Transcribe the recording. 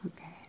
Okay